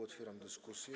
Otwieram dyskusję.